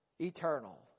Eternal